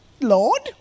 Lord